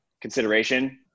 consideration